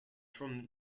from